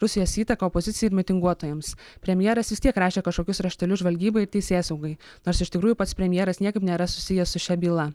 rusijos įtaką opozicijai ir mitinguotojams premjeras vis tiek rašė kažkokius raštelius žvalgybai ir teisėsaugai nors iš tikrųjų pats premjeras niekaip nėra susijęs su šia byla